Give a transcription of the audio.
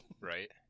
Right